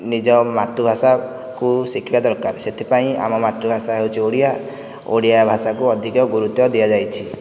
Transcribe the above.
ନିଜ ମାତୃଭାଷାକୁ ଶିଖିବା ଦରକାର ସେଥିପାଇଁ ଆମ ମାତୃଭାଷା ହେଉଛି ଓଡ଼ିଆ ଓଡ଼ିଆ ଭାଷାକୁ ଅଧିକ ଗୁରୁତ୍ୱ ଦିଆଯାଇଛି